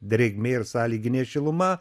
drėgmė ir sąlyginė šiluma